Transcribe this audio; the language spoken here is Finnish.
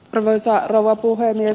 arvoisa rouva puhemies